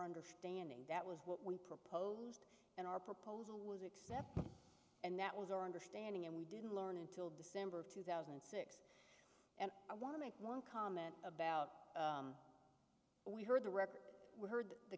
understanding that was what we proposed and our proposal was accept and that was our understanding and we didn't learn until december of two thousand and six i want to make one comment about we heard the record we heard the